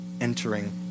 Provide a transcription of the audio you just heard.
entering